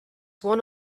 one